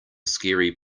scary